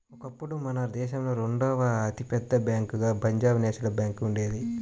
ఒకప్పుడు మన దేశంలోనే రెండవ అతి పెద్ద బ్యేంకుగా పంజాబ్ నేషనల్ బ్యేంకు ఉండేది